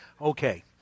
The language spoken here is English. Okay